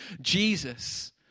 Jesus